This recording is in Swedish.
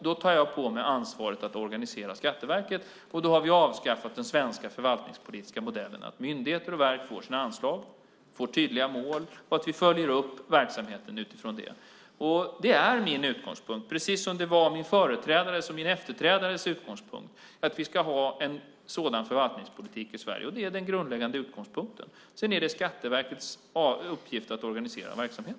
Då tar jag på mig ansvaret att organisera Skatteverket, och då har vi avskaffat den svenska förvaltningspolitiska modellen att myndigheter och verk får sina anslag, får tydliga mål och att vi följer upp verksamheten utifrån det. Det är min utgångspunkt, precis som det var min företrädares och kommer att vara min efterträdares utgångspunkt, att vi ska ha en sådan förvaltningspolitik i Sverige. Det är den grundläggande utgångspunkten. Sedan är det Skatteverkets uppgift att organisera sin verksamhet.